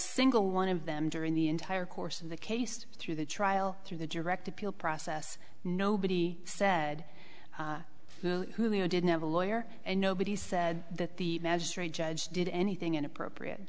single one of them during the entire course of the case through the trial through the direct appeal process nobody said julio didn't have a lawyer and nobody said that the magistrate judge did anything inappropriate